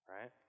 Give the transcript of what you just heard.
right